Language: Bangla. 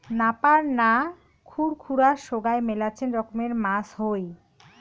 নাপার না, খুর খুরা সোগায় মেলাছেন রকমের মাছ হই